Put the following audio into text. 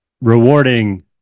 rewarding